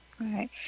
right